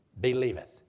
believeth